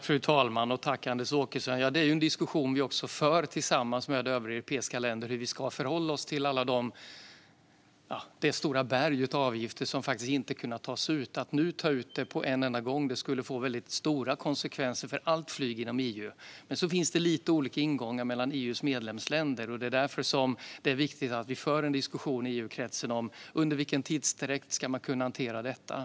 Fru talman! Vi för en diskussion tillsammans med övriga europeiska länder om hur vi ska förhålla oss till det stora berg av avgifter som inte har kunnat tas ut. Att nu ta ut dem på en och samma gång skulle få stora konsekvenser för allt flyg inom EU. Sedan finns det lite olika ingångar mellan EU:s medlemsländer, och därför är det viktigt att vi för en diskussion i EU-kretsen om tidsutdräkten för att hantera detta.